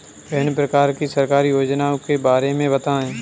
विभिन्न प्रकार की सरकारी योजनाओं के बारे में बताइए?